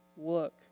look